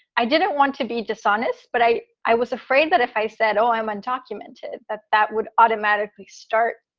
i didn't want to be dishonest, but i i was afraid that if i said, oh, i'm undocumented, that that would automatically start,